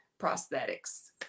prosthetics